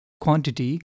quantity